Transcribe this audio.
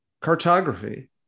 cartography